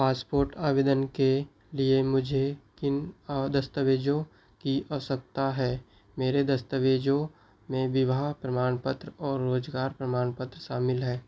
passport आवेदन के लिए मुझे किन दस्तावेज़ों की आवश्यकता है मेरे दस्तावेज़ों में विवाह प्रमाणपत्र और रोज़गार प्रमाणपत्र शामिल हैं